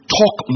talk